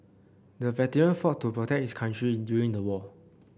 the veteran fought to protect his country during the war